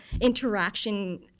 interaction